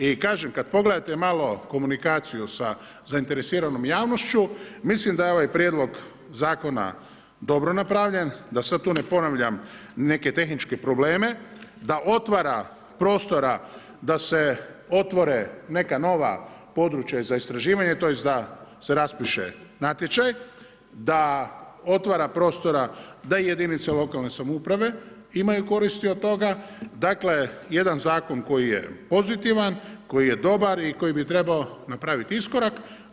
I kažem kada pogledate malo komunikaciju sa zainteresiranom javnošću, mislim da je ovaj prijedlog zakona dobro napravljen, da sada tu ne ponavljam neke tehničke probleme, da otvara prostora da se otvore neka nova područja za istraživanje tj. da se raspišete natječaj, da otvara prostora da jedinice lokalne samouprave imaju koristi od toga, dakle jedan zakon koji je pozitivan, koji je dobar i koji bi trebao napraviti iskorak.